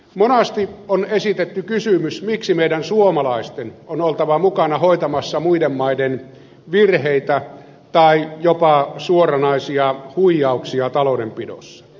monasti on esitetty kysymys miksi meidän suomalaisten on oltava mukana hoitamassa muiden maiden virheitä tai jopa suoranaisia huijauksia taloudenpidossa